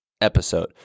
episode